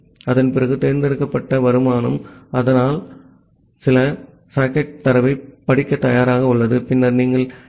அதன்பிறகு தேர்ந்தெடுக்கப்பட்ட ரிட்டர்ன்ஸ் அதாவது சில சாக்கெட் தரவைப் படிக்கத் தயாராக உள்ளது பின்னர் நீங்கள் எஃப்